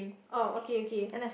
oh okay okay